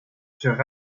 furent